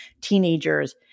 teenagers